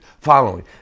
following